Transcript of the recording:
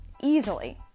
easily